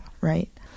right